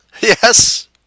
Yes